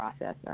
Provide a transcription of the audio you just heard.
processor